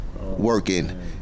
working